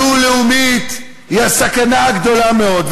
המדינה הדו-לאומית היא סכנה גדולה מאוד.